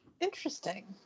Interesting